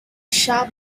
sharp